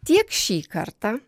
tiek šį kartą